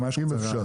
ממש קצרה,